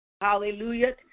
hallelujah